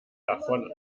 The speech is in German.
davon